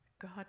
God